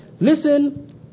Listen